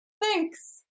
thanks